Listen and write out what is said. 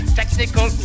technical